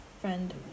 friend